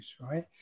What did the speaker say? right